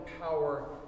power